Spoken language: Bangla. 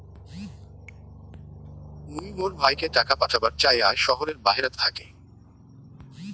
মুই মোর ভাইকে টাকা পাঠাবার চাই য়ায় শহরের বাহেরাত থাকি